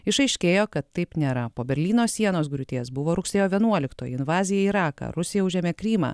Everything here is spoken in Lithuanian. išaiškėjo kad taip nėra po berlyno sienos griūties buvo rugsėjo vienuoliktoji invazija į iraką rusija užėmė krymą